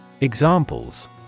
Examples